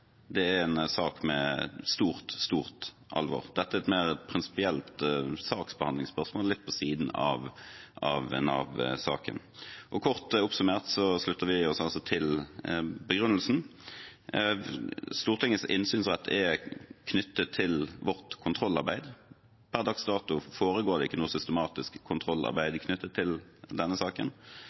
det er en sak med stort, stort alvor. Dette er et mer prinsipielt saksbehandlingsspørsmål, litt på siden av Nav-saken. Kort oppsummert slutter vi oss altså til begrunnelsen. Stortingets innsynsrett er knyttet til vårt kontrollarbeid. Per dags dato foregår det ikke noe systematisk kontrollarbeid knyttet til denne saken,